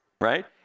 right